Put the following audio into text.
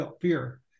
fear